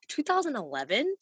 2011